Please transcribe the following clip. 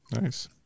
Nice